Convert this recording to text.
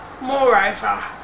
Moreover